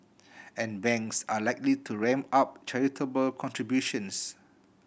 and banks are likely to ramp up charitable contributions